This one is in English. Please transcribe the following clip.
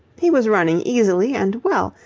he was running easily and well,